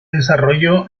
desarrolló